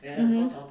mmhmm